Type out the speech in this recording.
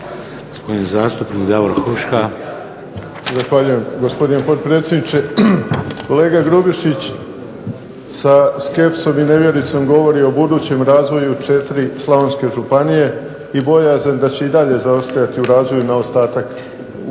Huška. **Huška, Davor (HDZ)** Zahvaljujem, gospodine potpredsjedniče. Kolega Grubišić sa skepsom i nevjericom govori o budućem razvoju četiri slavonske županije i bojazni da će i dalje zaostajati u razvoju u odnosu na